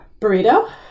Burrito